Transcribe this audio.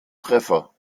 treffer